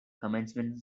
commencement